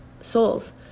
souls